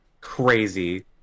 crazy